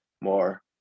more